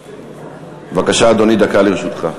בבקשה, אדוני, דקה לרשותך.